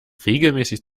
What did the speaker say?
regelmäßig